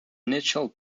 initial